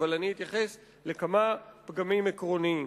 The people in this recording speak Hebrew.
אבל אני אתייחס לכמה פגמים עקרוניים.